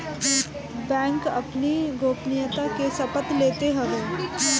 bank अपनी गोपनीयता के शपथ लेत हवे